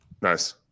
Nice